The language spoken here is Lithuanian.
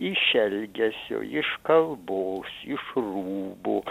iš elgesio iš kalbos iš rūbų